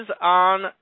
on